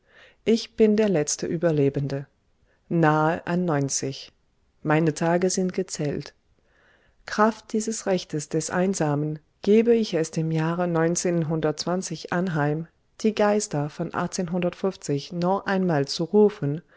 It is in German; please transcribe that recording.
ich bin der letzte überlebende nahe an neunzig meine tage sind gezählt kraft dieses rechtes des einsamen gebe ich es dem jahre anheim die geister von noch einmal zu rufen